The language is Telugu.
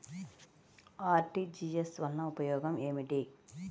అర్.టీ.జీ.ఎస్ వలన ఉపయోగం ఏమిటీ?